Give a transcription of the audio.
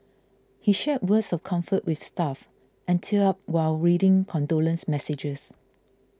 he shared words of comfort with staff and teared up while reading condolence messages